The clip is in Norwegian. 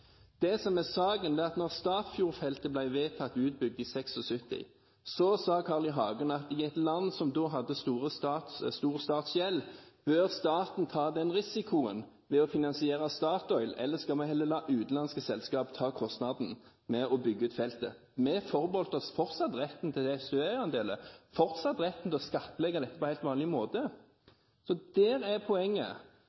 Det som er saken, er at da Statfjordfeltet ble vedtatt utbygd i 1976, sa Carl I. Hagen at i et land som har stor statsgjeld, bør staten ta risikoen ved å finansiere Statoil, eller skal vi heller la utenlandske selskaper ta kostnaden med å bygge ut feltet. Vi forbeholdt oss fortsatt retten til SDØE-andeler og fortsatt retten til å skattlegge dette på helt vanlig måte.